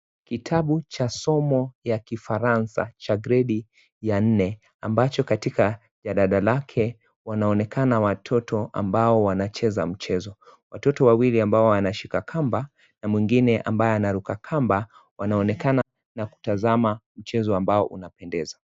Kitabu cha somo la kifaransa cha gredi ya nne ambacho katika jalada lake wanaonekana watoto ambao wanacheza mchezo. Watoto wawili ambao wanashika kamba na mwingine ambaye anaruka kamba wanaonekana na kutazama mchezo ambao unapendeza.